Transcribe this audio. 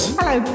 Hello